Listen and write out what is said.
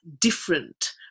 different